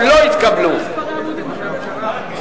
המשרד לעניינים,